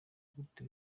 gute